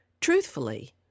truthfully